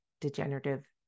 degenerative